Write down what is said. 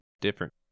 different